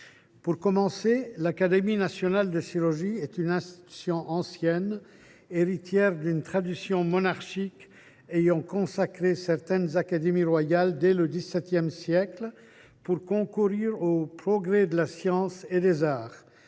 et les enjeux. L’Académie nationale de chirurgie est une institution ancienne, héritière d’une tradition monarchique ayant consacré certaines académies royales dès le XVII siècle, pour concourir aux progrès de la science et des arts.